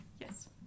Yes